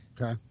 Okay